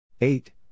Eight